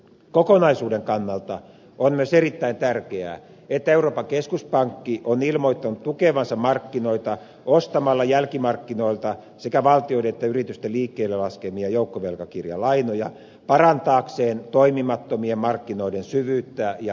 kokonaisuuden kannalta on myös erittäin tärkeää että euroopan keskuspankki on ilmoittanut tukevansa markkinoita ostamalla jälkimarkkinoilta sekä valtioiden että yritysten liikkeelle laskemia joukkovelkakirjalainoja parantaakseen toimimattomien markkinoiden syvyyttä ja likviditeettiä